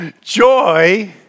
joy